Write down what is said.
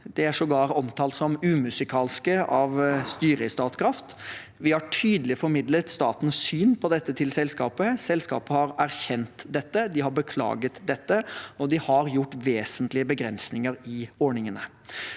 de er sågar omtalt som umusikalske av styret i Statkraft. Vi har tydelig formidlet statens syn på dette til selskapet. Selskapet har erkjent dette, de har beklaget dette, og de har gjort vesentlige begrensninger i ordningene.